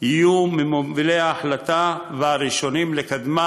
יהיו ממובילי ההחלטה והראשונים לקדמה,